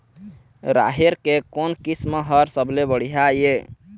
राहेर के कोन किस्म हर सबले बढ़िया ये?